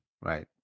right